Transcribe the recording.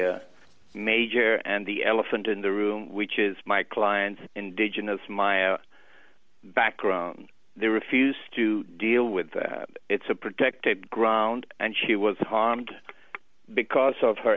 major and the elephant in the room which is my client's indigenous maya background they refused to deal with that it's a protected ground and she was harmed because of her